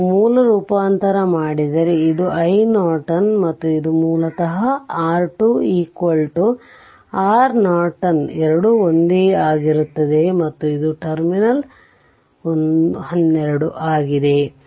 ಮತ್ತು ಮೂಲ ರೂಪಾಂತರ ಮಾಡಿದರೆ ಇದು iNorton ಮತ್ತು ಇದು ಮೂಲತಃ R2 R Nortonಎರಡೂ ಒಂದೇ ಆಗಿರುತ್ತದೆ ಮತ್ತು ಇದು ಟರ್ಮಿನಲ್ 1 2 ಆಗಿದೆ